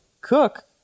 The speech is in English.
Cook